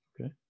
Okay